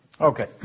Okay